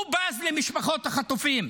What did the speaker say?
הוא בז למשפחות החטופים.